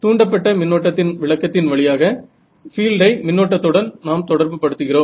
தூண்டப்பட்ட மின்னோட்டத்தின் விளக்கத்தின் வழியாக பீல்டை மின்னோட்டத்துடன் நாம் தொடர்பு படுத்துகிறோம்